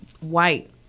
White